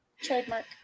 Trademark